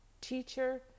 teacher